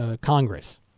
congress